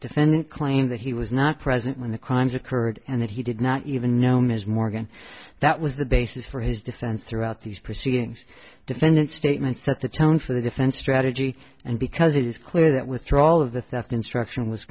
defendant claimed that he was not present when the crimes occurred and that he did not even know ms morgan that was the basis for his defense throughout these proceedings defendant's statements that the tone for the defense strategy and because it is clear that withdrawal of the theft instruction was